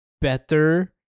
better